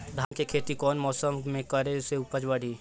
धान के खेती कौन मौसम में करे से उपज बढ़ी?